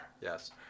yes